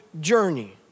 journey